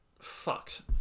fucked